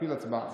להפעיל הצבעה.